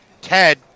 Ted